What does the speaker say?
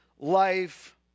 Life